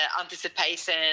anticipation